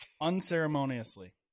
unceremoniously